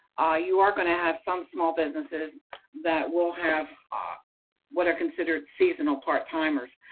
you are going to have some small businesses that will have ah what are considered seasonal part-timers,